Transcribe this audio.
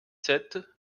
sept